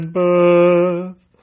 birth